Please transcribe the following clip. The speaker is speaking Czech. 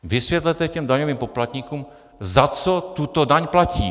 Vysvětlete daňovým poplatníkům, za co tuto daň platí.